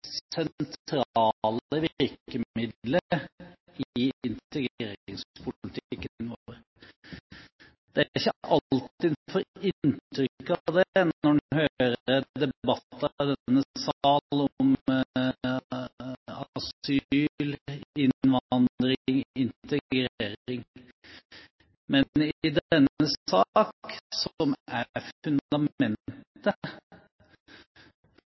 ikke alltid en får inntrykk av det når en hører debatter i denne sal om asyl, innvandring og integrering, men i denne sak, som